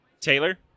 Taylor